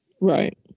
right